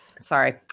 sorry